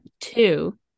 two